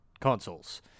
consoles